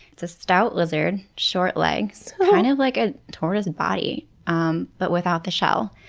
it's a stout lizard, short legs, kind of like a tortoise body um but without the shell.